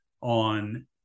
on